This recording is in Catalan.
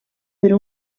per